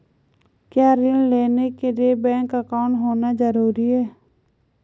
क्या ऋण लेने के लिए बैंक अकाउंट होना ज़रूरी है?